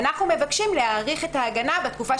אנחנו מבקשים להאריך את ההגנה בתקופה